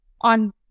on